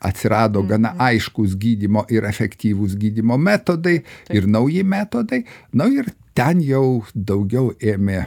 atsirado gana aiškūs gydymo ir efektyvūs gydymo metodai ir nauji metodai nu ir ten jau daugiau ėmė